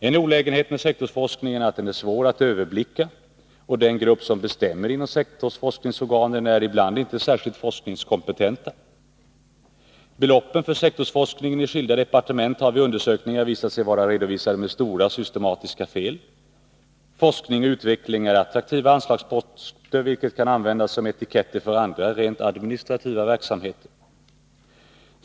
En olägenhet med sektorsforskningen är att den är svår att överblicka och att den grupp som bestämmer inom sektorsforskningsorganen ibland inte är särskilt forskningskompetent. Beloppen för sektorsforskningen i skilda departement har vid undersökningar visat sig vara redovisade med stora systematiska fel. Forskning och utveckling är attraktiva anslagsposter, och de kan användas som etiketter för andra, rent administrativa verksamheter.